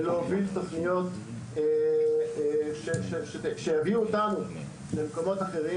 ולהוביל תוכניות שיביאו אותנו למקומות אחרים.